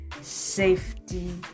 safety